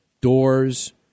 doors